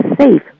safe